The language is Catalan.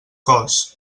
cos